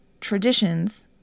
traditions